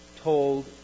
told